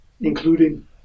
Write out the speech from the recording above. including